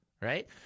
right